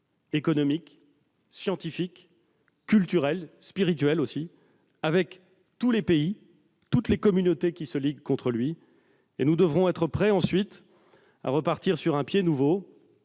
économiques, scientifiques, culturelles, spirituelles aussi, avec tous les pays, toutes les communautés qui se liguent contre lui, et nous devrons être prêts, ensuite, à repartir d'un pied nouveau,